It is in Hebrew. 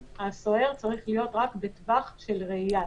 הסוהר צריך להיות רק בטווח של ראייה.